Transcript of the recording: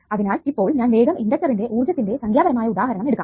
അതിനാൽ ഇപ്പോൾ ഞാൻ വേഗം ഇണ്ടക്ടറിലെ ഊർജത്തിന്റെ സംഖ്യാപരമായ ഉദാഹരണം എടുക്കാം